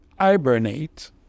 hibernate